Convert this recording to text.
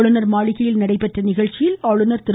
ஆளுநர் மாளிகையில் நடைபெற்ற எளிய நிகழ்ச்சியில் ஆளுநர் திரு